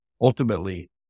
ultimately